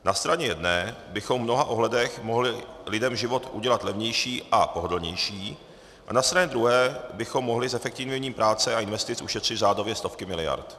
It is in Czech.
Na straně jedné bychom mohli lidem život udělat levnější a pohodlnější a na straně druhé bychom mohli zefektivněním práce a investic ušetřit řádově stovky miliard.